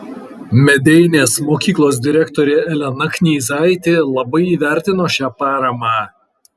medeinės mokyklos direktorė elena knyzaitė labai įvertino šią paramą